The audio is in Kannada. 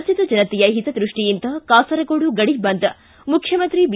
ರಾಜ್ಯದ ಜನತೆಯ ಹಿತದೃಷ್ಷಿಯಿಂದ ಕಾಸರಗೋಡು ಗಡಿ ಬಂದ್ ಮುಖ್ಯಮಂತ್ರಿ ಬಿ